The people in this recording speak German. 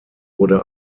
wurde